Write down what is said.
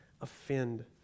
offend